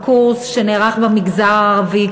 בקורס שנערך במגזר הערבי,